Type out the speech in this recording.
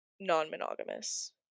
non-monogamous